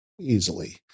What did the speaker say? easily